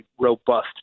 robust